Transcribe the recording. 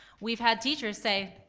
we've had teachers say,